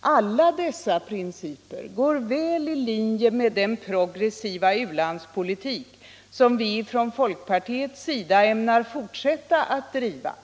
Alla dessa principer ligger väl i linje med den progressiva u-landspolitik som vi från folkpartiets sida ämnar fortsätta att driva,